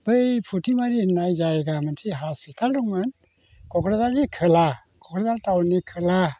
बै फुथिमारि होननाय जायगा मोनसे हस्पिटाल दंमोन क'क्राझारनि खोला क'क्राझार टाउननि खोला